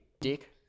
Dick